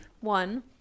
one